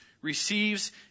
receives